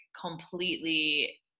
completely